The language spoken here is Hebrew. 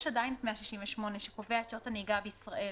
יש עדיין את 168 שקובע את שעות הנהיגה בישראל.